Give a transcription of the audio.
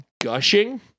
gushing